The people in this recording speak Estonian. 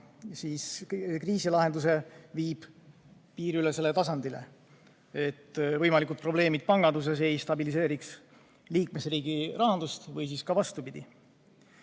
ja kriisilahenduse piiriülesele tasandile, et võimalikud probleemid panganduses ei [de]stabiliseeriks liikmesriigi rahandust või vastupidi.